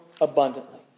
abundantly